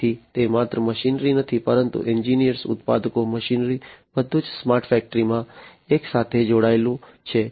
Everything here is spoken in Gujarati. તેથી તે માત્ર મશીનરી નથી પરંતુ એન્જિનિયરો ઉત્પાદકો મશીનરી બધું જ સ્માર્ટ ફેક્ટરીમાં એકસાથે જોડાયેલું છે